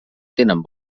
tenen